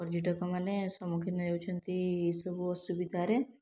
ପର୍ଯ୍ୟଟକମାନେ ସମୁଖୀନ ହେଉଛନ୍ତି ଏଇ ସବୁ ଅସୁବିଧାରେ